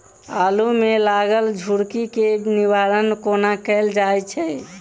आलु मे लागल झरकी केँ निवारण कोना कैल जाय छै?